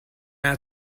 how